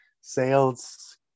sales